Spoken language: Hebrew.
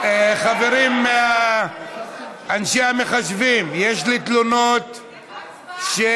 חברים, אנשי המחשבים, יש לי תלונות, הצבעה.